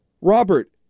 Robert